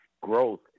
growth